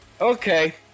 Okay